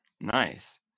Nice